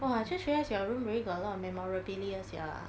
!wah! I just realise your room really got a lot of memorabilia sia